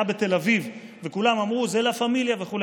בתל אביב וכולם אמרו: זה לה פמיליה וכו',